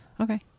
Okay